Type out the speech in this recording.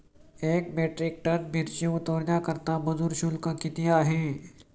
एक metric ton मिरची उतरवण्याकरता मजूर शुल्क किती आहे?